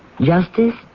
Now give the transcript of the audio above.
Justice